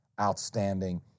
outstanding